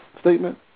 statement